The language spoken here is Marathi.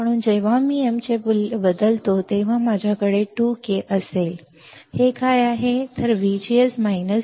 म्हणून जेव्हा मी m चे मूल्य बदलतो तेव्हा माझ्याकडे 2K असेल मी काय आहे